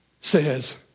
says